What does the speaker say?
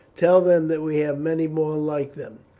tell them that we have many more like them.